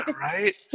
right